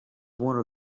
one